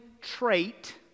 trait